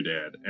Dad